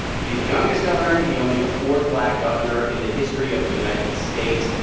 he'd be the youngest governor. he'd be only the fourth black governor in the history of the united states.